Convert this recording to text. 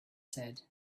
said